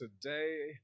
today